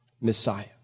Messiah